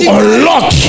unlock